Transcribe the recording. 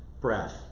breath